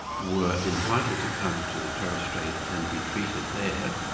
were entitled to come to the torres strait and be treated there,